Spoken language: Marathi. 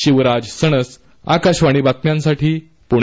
शिवराज सणस आकाशवाणी बातम्यांसाठी पुणे